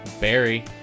Barry